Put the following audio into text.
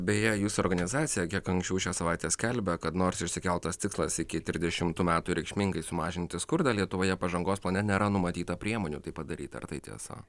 beje jūsų organizacija kiek anksčiau šią savaitę skelbia kad nors išsikeltas tikslas iki trisdešimtų metų reikšmingai sumažinti skurdą lietuvoje pažangos fone nėra numatyta priemonių tai padaryti ar tai tiesa